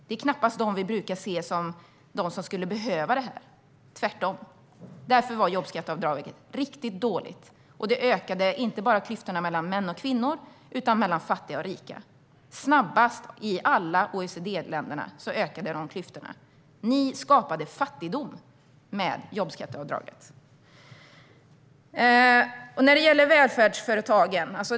Det är knappast dem vi brukar anse behöver jobbskatteavdraget. Tvärtom! Därför var jobbskatteavdraget riktigt dåligt, och det ökade inte bara klyftorna mellan män och kvinnor utan också mellan fattiga och rika. Klyftorna ökade här snabbare än i alla andra OECD-länder. Ni skapade fattigdom med jobbskatteavdraget. Sedan var det frågan om välfärdsföretagen.